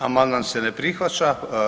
Amandman se ne prihvaća.